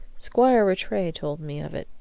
squire rattray told me of it,